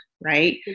right